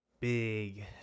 big